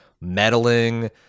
meddling